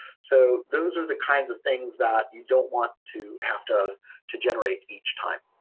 so those are the kinds of things that you don't want to have to to generate each time.